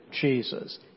Jesus